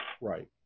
Right